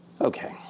Okay